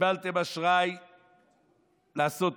קיבלתם אשראי לעשות תוכנית.